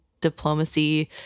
diplomacy